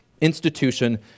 institution